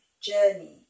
journey